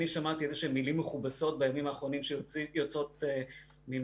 אני שמעתי איזשהן מילים מכובסות בימים האחרונים שיוצאות ממשרד